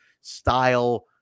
style